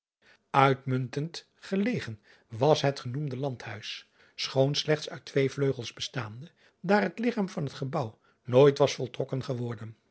itmuntend gelegen was het genoemde andhuis schoon slechts uit twee vleugels bestaande daar het ligchaam van het gebouw nooit was voltrokken geworden